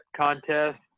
contest